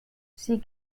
sie